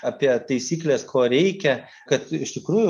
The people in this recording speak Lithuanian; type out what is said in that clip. apie taisykles ko reikia kad iš tikrųjų